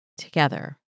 Together